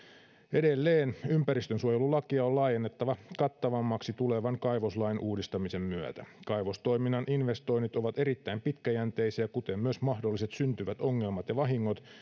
edelleen ympäristönsuojelulakia on laajennettava kattavammaksi tulevan kaivoslain uudistamisen myötä kaivostoiminnan investoinnit ovat erittäin pitkäjänteisiä kuten myös mahdolliset syntyvät ongelmat ja vahingot